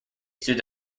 through